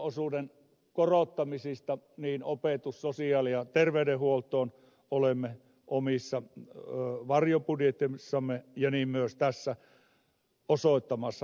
valtionosuuden korottamiseen niin opetustoimessa kuin sosiaali ja terveydenhuollossa olemme omissa varjobudjeteissamme ja niin myös tässä osoittamassa lisärahoitusta